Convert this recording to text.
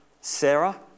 Sarah